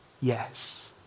yes